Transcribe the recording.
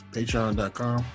Patreon.com